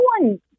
one